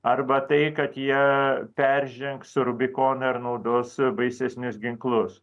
arba tai kad jie peržengs rubikoną ir naudos baisesnius ginklus